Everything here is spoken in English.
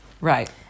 Right